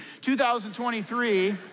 2023